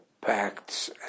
pacts